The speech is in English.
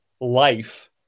life